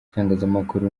itangazamakuru